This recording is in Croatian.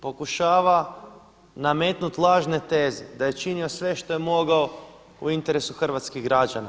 Pokušava nametnut lažne teze, da je činio sve što je mogao u interesu hrvatskih građana.